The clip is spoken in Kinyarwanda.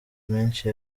menshi